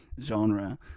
genre